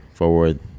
Forward